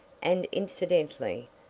and incidentally,